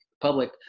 public